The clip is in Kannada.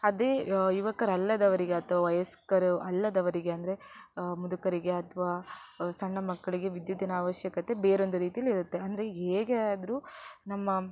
ಅದೇ ಯುವಕರಲ್ಲದವರಿಗೆ ಅಥವಾ ವಯಸ್ಕರು ಅಲ್ಲದವರಿಗೆ ಅಂದರೆ ಮುದುಕರಿಗೆ ಅಥವಾ ಸಣ್ಣ ಮಕ್ಕಳಿಗೆ ವಿದ್ಯುತ್ತಿನ ಅವಶ್ಯಕತೆ ಬೇರೊಂದು ರೀತಿಯಲ್ಲಿರುತ್ತೆ ಅಂದರೆ ಹೇಗೆ ಆದರೂ ನಮ್ಮ